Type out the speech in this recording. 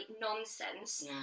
nonsense